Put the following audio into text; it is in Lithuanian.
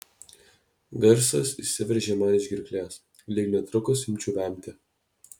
garsas išsiveržė man iš gerklės lyg netrukus imčiau vemti